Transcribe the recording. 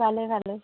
ভালে ভালে